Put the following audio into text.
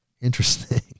Interesting